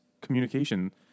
communication